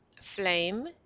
flame